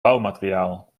bouwmateriaal